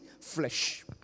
flesh